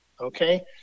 okay